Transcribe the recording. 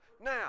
Now